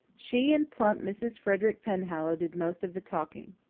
she and plump mrs. frederick penhallow did most of the talking.